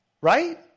right